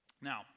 now